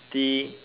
the